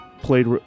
played